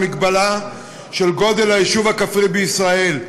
המגבלה של גודל היישוב הכפרי בישראל.